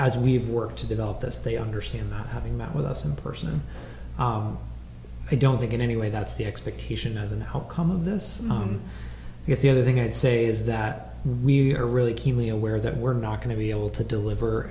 as we've worked to develop this they understand that having met with us in person i don't think in any way that's the expectation as in how come of this because the other thing i'd say is that we are really keenly aware that we're not going to be able to deliver